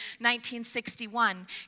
1961